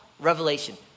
revelation